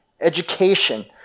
education